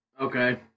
Okay